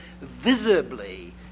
visibly